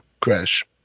crash